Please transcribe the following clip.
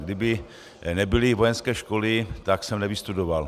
Kdyby nebyly vojenské školy, tak jsem nevystudoval.